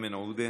איימן עודה,